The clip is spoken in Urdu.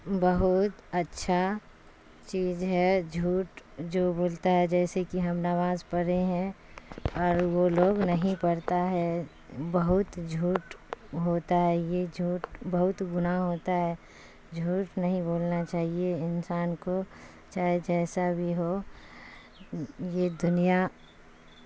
بہت اچھا چیز ہے جھوٹ جو بولتا ہے جیسے کہ ہم نماز پڑھے ہیں اور وہ لوگ نہیں پڑھتا ہے بہت جھوٹ ہوتا ہے یہ جھوٹ بہت گناہ ہوتا ہے جھوٹ نہیں بولنا چاہیے انسان کو چاہے جیسا بھی ہو یہ دنیا